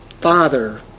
father